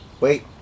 wait